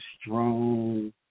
strong